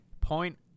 point